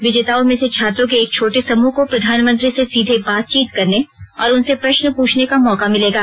विजेताओं में से छात्रों के एक छोटे समूह को प्रधानमंत्री से सीधे बातचीत करने और उनसे प्रश्न पूछने का मौका मिलेगा